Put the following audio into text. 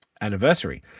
anniversary